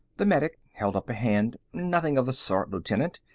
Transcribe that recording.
the medic held up a hand. nothing of the sort, lieutenant.